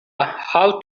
how